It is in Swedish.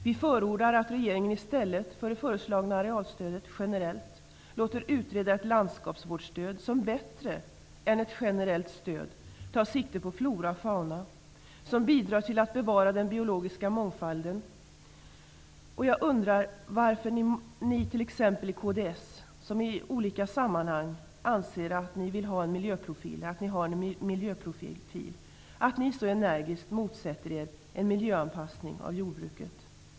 Vi förordar att regeringen i stället för att genomföra det föreslagna arealstödet låter utreda ett landskapsvårdsstöd som bättre än ett generellt stöd tar sikte på flora och fauna och bidrar till att bevara den biologiska mångfalden. Jag undrar varför t.ex. ni i kds, som i olika sammanhag anser er ha en miljöprofil, så energiskt motsätter er en miljöanpassning av jordbruket.